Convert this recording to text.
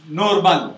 normal